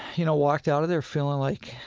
you know, walked out of there feeling like,